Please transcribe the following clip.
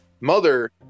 mother